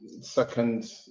second